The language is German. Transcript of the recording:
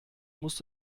musst